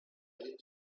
need